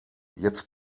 jetzt